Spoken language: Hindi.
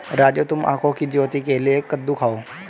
राजू तुम आंखों की ज्योति के लिए कद्दू खाओ